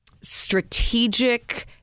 strategic